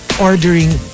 ordering